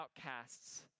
outcasts